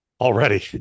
already